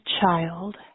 child